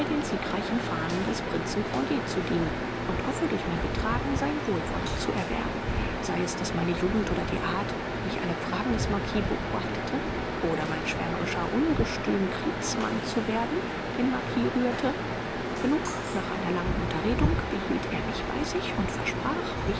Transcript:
den siegreichen fahnen des prinzen cond zu dienen und hoffe durch mein betragen sein wohlwollen zu erwerben sei es daß meine jugend oder die art wie ich alle fragen des marquis beobachtete oder mein schwärmerischer ungestüm kriegsmann zu werden den marquis rührte genug nach einer langen unterredung behielt er mich bei sich und versprach